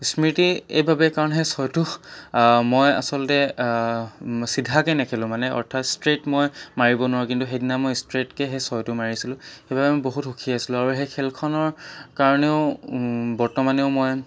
স্মৃতি এই বাবেই কাৰণ সেই ছয়টো মই আচলতে চিধাকৈ নেখেলোঁ মানে অৰ্থাত ষ্ট্ৰেইট মই মাৰিব নোৱাৰোঁ কিন্তু সেইদিনা মই ষ্ট্ৰেইটকৈ সেই ছয়টো মাৰিছিলোঁ সেইবাবে মই বহুত সুখী আছিলোঁ আৰু সেই খেলখনৰ কাৰণেও বৰ্তমানেও মই